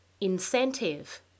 Incentive